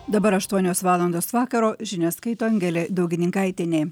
dabar aštuonios valandos vakaro žinias skaito angelė daugininkaitienė